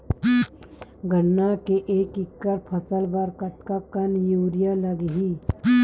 गन्ना के एक एकड़ फसल बर कतका कन यूरिया लगही?